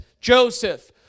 Joseph